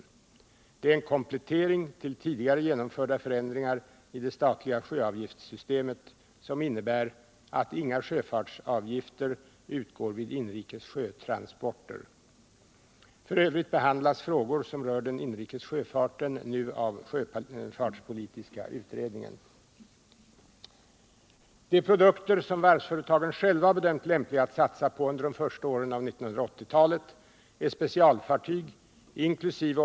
Detta är en komplettering till tidigare genomförda förändringar i det statliga sjöfartsavgiftssystemet som innebär att inga sjöfartsavgifter utgår vid inrikes sjötransporter. I övrigt behandlas frågor som rör den inrikes sjöfarten av sjöfartspolitiska utredningen. De produkter varvsföretagen själva har bedömt lämpliga att satsa på under de första åren på 1980-talet är specialfartyg inkl.